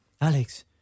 Alex